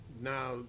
now